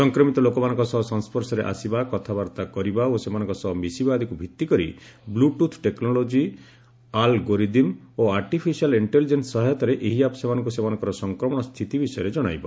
ସଂକ୍ରମିତ ଲୋକମାନଙ୍କ ସହ ସଂସ୍ୱର୍ଶରେ ଆସିବା କଥାବାର୍ତ୍ତା କରିବା ଓ ସେମାନଙ୍କ ସହ ମିଶିବା ଆଦିକୁ ଭିଭିକରି ବ୍ଲଟୁଥ୍ ଟେକ୍ନୋଲୋଜି ଆଲ୍ଗୋରିଦିମ୍ ଓ ଆର୍ଟିଫିସିଆଲ୍ ଇକ୍ଷେଲିଜେନ୍ସ ସହାୟତାରେ ଏହି ଆପ୍ ସେମାନଙ୍କୁ ସେମାନଙ୍କର ସଂକ୍ରମଣ ସ୍ଥିତି ବିଷୟରେ ଜଣାଇବ